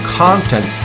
content